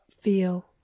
feel